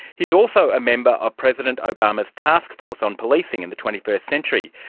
he is also a member of president obama's task force on policing in the twenty first century.